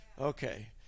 Okay